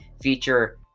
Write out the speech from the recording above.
feature